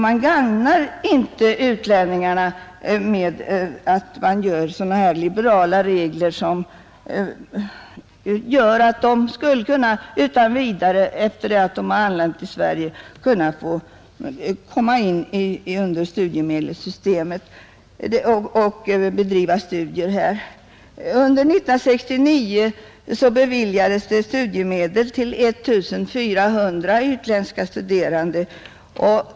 Man gagnar inte utlänningarna med att införa så liberala regler att de skulle kunna komma in i studiemedelssystemet utan vidare så snart de anlänt till Sverige. 1969 beviljades det studiemedel till 1 400 utländska studerande.